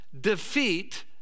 defeat